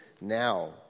now